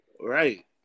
Right